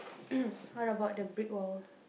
what about the brick wall